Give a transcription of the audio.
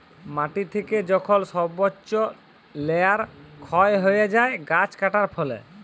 মাটি থেকে যখল সর্বচ্চ লেয়ার ক্ষয় হ্যয়ে যায় গাছ কাটার ফলে